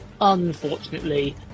Unfortunately